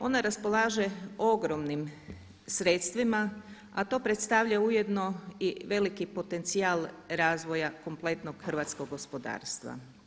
Ona raspolaže ogromnim sredstvima, a to predstavlja ujedno i veliki potencijal razvoja kompletnog hrvatskog gospodarstva.